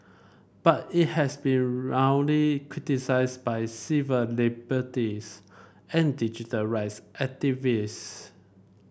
but it has been roundly criticised by civil liberties and digital rights activists